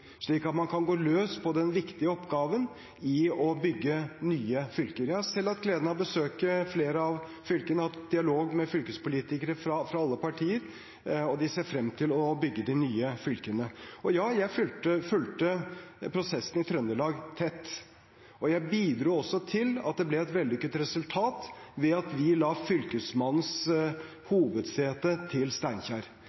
slik at man kan gå løs på den viktige oppgaven med å bygge nye fylker. Jeg har selv hatt gleden av å besøke flere av fylkene, og jeg har hatt dialog med fylkespolitikere fra alle partier, og de ser frem til å bygge de nye fylkene. Og ja, jeg fulgte prosessen i Trøndelag tett. Jeg bidro også til at det ble et vellykket resultat, ved at vi la Fylkesmannens